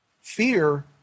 fear